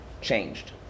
changed